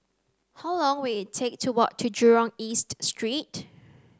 how long will take to walk to Jurong East Street